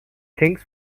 things